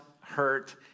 hurt